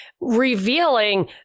Revealing